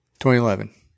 2011